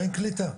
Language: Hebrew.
אין קליטה.